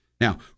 now